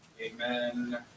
Amen